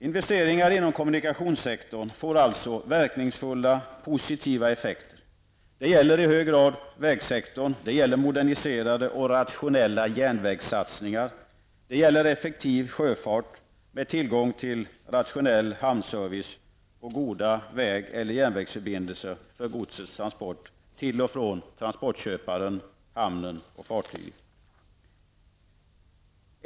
Investeringar inom kommunikationssektorn får alltså verkningsfulla, positiva effekter. Det gäller i hög grad vägsektorn, och det gäller moderniserade och rationella järnvägssatsningar. Det gäller även en effektiv sjöfart med tillgång till en rationell hamnservice och goda väg eller järnvägsförbindelser för godsets transport till och från transportköparen, hamnen och fartyget.